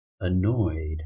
annoyed